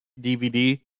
DVD